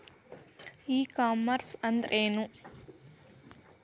E commerce ಅಂದ್ರೇನು?